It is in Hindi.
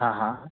हाँ हाँ